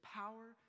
power